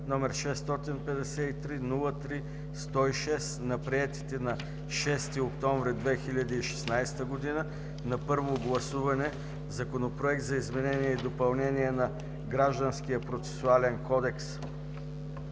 № 653-03-106, на приетите на 6 октомври 2016 г. на първо гласуване Законопроект за изменение и допълнение на Гражданския процесуален кодекс,